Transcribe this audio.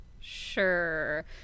Sure